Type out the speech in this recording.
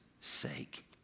sake